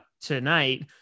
tonight